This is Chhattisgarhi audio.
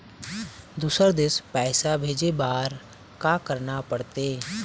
दुसर देश पैसा भेजे बार का करना पड़ते?